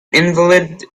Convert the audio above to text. invalid